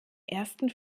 ersten